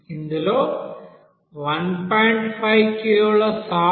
5 కిలోల సాల్ట్ ఉంటుంది